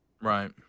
Right